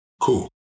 Cool